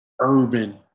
urban